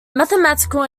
mathematical